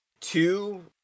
two